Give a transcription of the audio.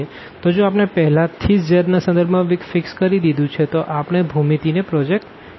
તો જો આપણે પેહલા થી જ z ના સંદર્ભ માં ફિક્ષ કરી દીધું છે તો આપણે ભૂમિતિ ને પ્રોજેક્ટ કરી શકીએ